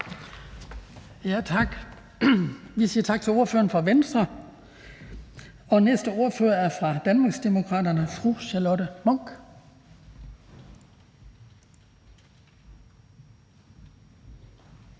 Tak. Vi siger tak til ordføreren for Venstre. Næste ordfører er fra Danmarksdemokraterne, og det er fru Charlotte Munch.